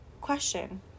question